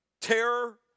terror